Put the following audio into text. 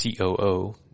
COO